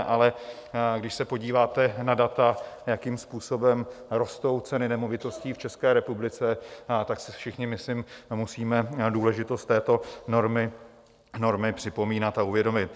Ale když se podíváte na data, jakým způsobem rostou ceny nemovitostí v České republice, tak si všichni myslím musíme důležitost této normy připomínat a uvědomit.